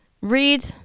Read